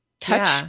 touch